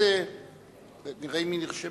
מייד אבדוק.